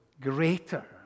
greater